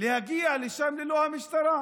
להגיע לשם ללא המשטרה,